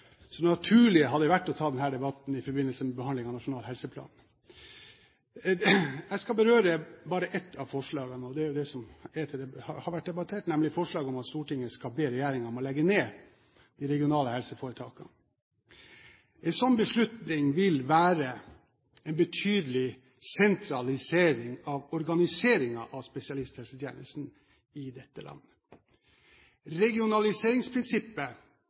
så det naturlige hadde vært å ta denne debatten i forbindelse med behandlingen av Nasjonal helseplan. Jeg skal berøre bare ett av forslagene som har vært debattert, nemlig forslaget om at Stortinget skal be regjeringen om å legge ned de regionale helseforetakene. En slik beslutning vil innebære en betydelig sentralisering av organiseringen av spesialisthelsetjenesten i dette landet. Regionaliseringsprinsippet,